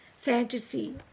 fantasy